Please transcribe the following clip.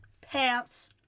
Pants